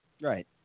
Right